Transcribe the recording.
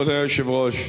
כבוד היושב-ראש,